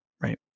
right